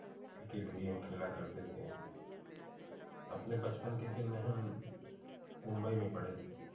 cricket भी हम खेला करते थे अपने बचपन के दिन में हम मुम्बई में पड़े थे